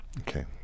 Okay